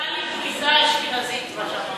זה נראה לי בריזה אשכנזית, מה שאמרת.